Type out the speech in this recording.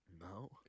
No